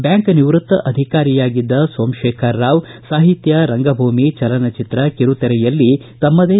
bank ನಿವೃತ್ತ ಅಧಿಕಾರಿಯಾಗಿದ್ದ ಸೋಮಶೇಖರ ರಾವ್ ಸಾಹಿತ್ಯ ರಂಗಭೂಮಿ ಚಲನಚಿತ್ರ ಕಿರುತೆರೆಯಲ್ಲಿ ತಮ್ನದೇ ಛಾಪು ಮೂಡಿಸಿದ್ದರು